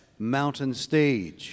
MountainStage